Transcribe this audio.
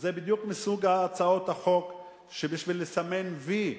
זה בדיוק מסוג הצעות החוק שבשביל לסמן "וי"